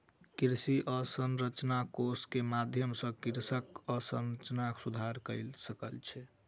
कृषि अवसंरचना कोष के माध्यम सॅ कृषक अवसंरचना सुधार कय सकै छै